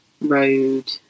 road